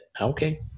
Okay